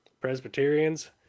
Presbyterians